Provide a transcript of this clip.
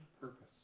Purpose